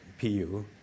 PU